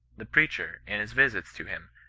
the preacher, in his visits to him,